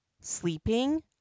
sleeping